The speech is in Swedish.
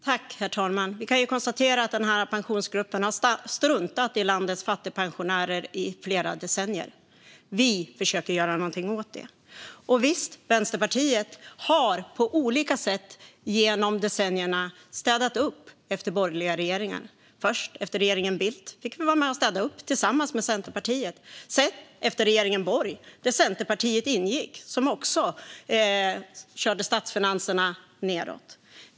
Herr ålderspresident! Vi kan ju konstatera att Pensionsgruppen har struntat i landets fattigpensionärer i flera decennier. Vi försöker göra någonting åt det. Visst, Vänsterpartiet har på olika sätt genom decennierna städat upp efter borgerliga regeringar. Efter regeringen Bildt fick vi vara med och städa upp tillsammans med Centerpartiet. Sedan fick vi städa efter Anders Borgs tid som finansminister i en regering där Centerpartiet ingick, som också körde statsfinanserna nedåt.